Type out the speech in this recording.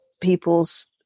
people's